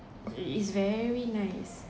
it's very nice